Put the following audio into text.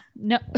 no